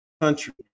country